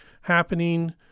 happening